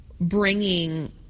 bringing